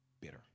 bitter